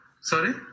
Sorry